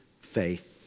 faith